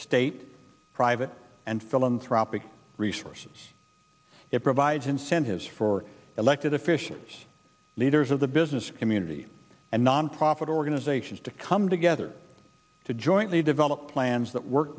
state private and philanthropic resources it provides incentives for elected officials leaders of the business community and nonprofit organizations to come together to jointly develop plans that work